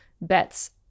bets